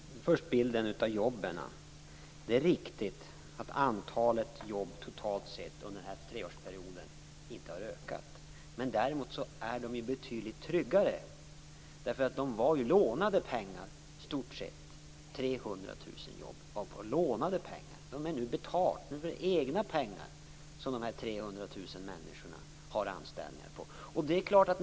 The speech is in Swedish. Fru talman! Först vill jag säga några ord om bilden av jobben. Det är riktigt att antalet jobb totalt sett under den här treårsperioden inte har ökat. Däremot är det betydligt tryggare. Det var ju i stort sett lånade pengar som användes till de 300 000 jobben. Nu är det betalt. Nu har de här 300 000 personerna anställning som betalas med egna pengar.